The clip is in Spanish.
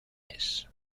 mes